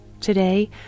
Today